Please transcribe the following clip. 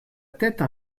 tête